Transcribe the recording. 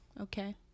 Okay